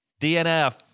DNF